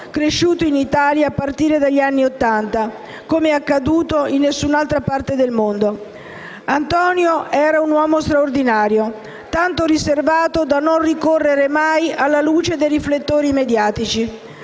cresciuto in Italia a partire dagli anni Ottanta, come non è accaduto in nessun'altra parte del mondo. Antonio era un uomo straordinario, tanto riservato da non ricorrere mai alla luce dei riflettori mediatici.